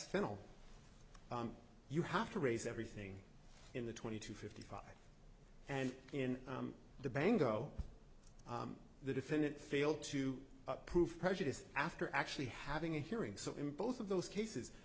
final you have to raise everything in the twenty to fifty five and in the bang go the defendant failed to prove prejudice after actually having a hearing so in both of those cases